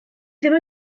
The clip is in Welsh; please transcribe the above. ddim